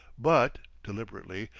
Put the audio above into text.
but, deliberately,